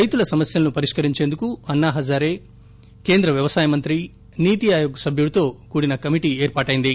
రైతుల సమస్యలను పరిష్కరించేందుకు అన్నాహజారీ కేంద్ర వ్యవసాయ మంత్రి నీతి ఆయోగ్ సభ్యుడితో కూడిన కమిటీ ఏర్పాటైంది